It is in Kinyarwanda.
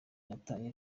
nataye